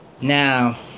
Now